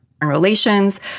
Relations